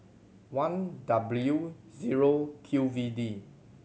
one W zero Q V D